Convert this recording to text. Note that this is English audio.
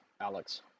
Alex